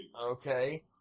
Okay